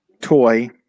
toy